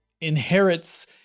inherits